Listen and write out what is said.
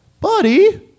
buddy